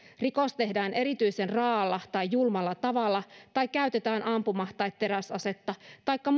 rikos tehdään erityisen raaalla tai julmalla tavalla tai käytetään ampuma tai teräasetta taikka